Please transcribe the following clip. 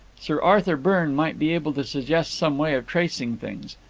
sir arthur byrne might be able to suggest some way of tracing things.